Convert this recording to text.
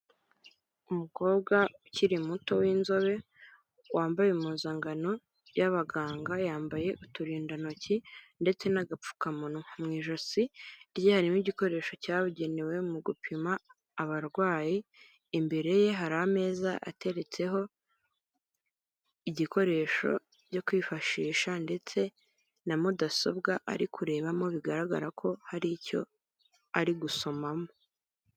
Umukobwa ukiri muto w'inzobe wambaye impuzankano y'abaganga, yambaye uturindantoki ndetse n'agapfukamunwa. Mu ijosi rye harimo igikoresho cyabugenewe mu gupima abarwayi, imbere ye hari ameza ateretseho igikoresho cyo kwifashisha ndetse na mudasobwa ari kurebamo bigaragara ko hari icyo ari gusomamo.